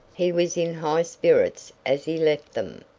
he was in high spirits as he left them,